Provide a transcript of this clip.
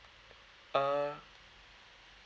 uh